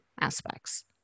aspects